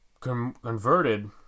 converted